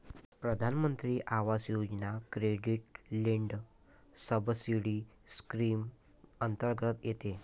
प्रधानमंत्री Awas Yojana credit linked subsidy scheme अंतर्गत येते